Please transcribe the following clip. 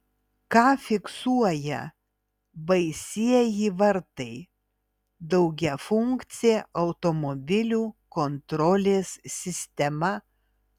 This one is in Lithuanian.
ką fiksuoja baisieji vartai daugiafunkcė automobilių kontrolės sistema